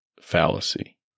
fallacy